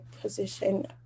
position